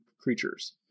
creatures